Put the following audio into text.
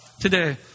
today